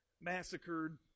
massacred